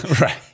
Right